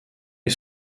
est